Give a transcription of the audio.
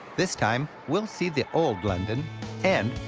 this time we'll see the old london and.